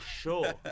sure